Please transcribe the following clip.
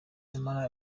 nyamara